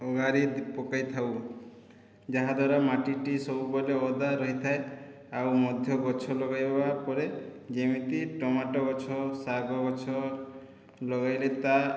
ଅଗାରି ପକାଇଥାଉ ଯାହାଦ୍ୱାରା ମାଟିଟି ସବୁବେଲେ ଓଦା ରହିଥାଏ ଆଉ ମଧ୍ୟ ଗଛ ଲଗେଇବା ପରେ ଯେମିତି ଟମାଟୋ ଗଛ ଶାଗ ଗଛ ଲଗେଇଲେ ତା